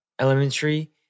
elementary